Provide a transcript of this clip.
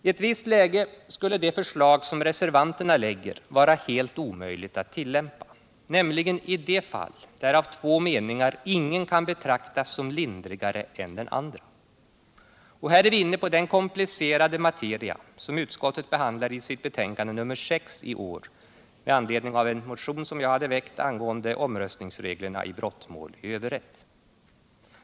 I ett visst läge skulle det förslag som reservanterna lägger vara helt omöjligt att tillämpa, nämligen i de fall där av två meningar ingen kan betraktas som lindrigare än den andra. Här är vi inne på den komplicerade materia som utskottet behandlade i sitt betänkande nr 6 i år med anledning av en av mig väckt motion angående omröstningsreglerna i brottmål i överrätt.